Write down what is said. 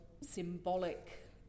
symbolic